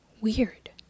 Weird